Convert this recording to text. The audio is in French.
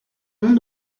noms